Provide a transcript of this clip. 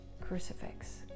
crucifix